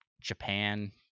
Japan